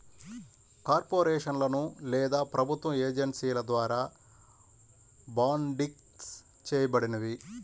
కార్పొరేషన్లు లేదా ప్రభుత్వ ఏజెన్సీల ద్వారా బాండ్సిస్ చేయబడినవి